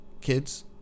Kids